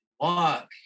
walk